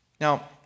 Now